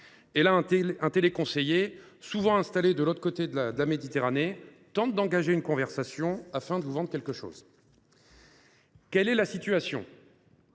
et un téléconseiller, souvent installé de l’autre côté de la Méditerranée, essaie alors d’engager la conversation afin de nous vendre quelque chose. Quelle est la situation ?